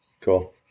Cool